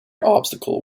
obstacle